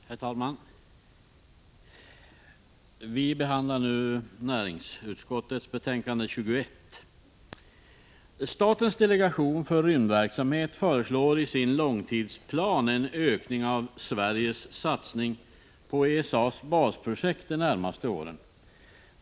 Herr talman! Vi behandlar nu näringsutskottets betänkande 21. Statens delegation för rymdverksamhet föreslår i sin långtidsplan en ökning av Sveriges satsning på ESA:s basprojekt de närmaste åren.